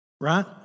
right